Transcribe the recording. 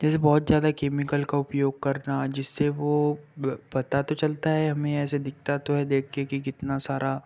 जैसे बहुत ज्यादा केमिकल का उपयोग करना जिससे वो ब पता तो चलता है हमें ऐसे दिखता तो है देख कर कि कितना सारा